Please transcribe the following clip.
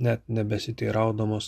net nebesiteiraudamos